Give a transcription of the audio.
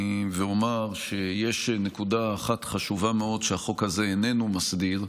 ואומר שיש נקודה אחת חשובה מאוד שהחוק הזה איננו מסדיר,